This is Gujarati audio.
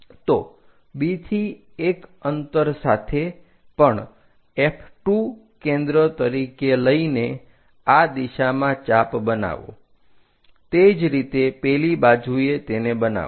તો B થી 1 અંતર સાથે પણ F 2 કેન્દ્ર તરીકે લઈને આ દિશામાં ચાપ બનાવો તે જ રીતે પેલી બાજુએ તેને બનાવો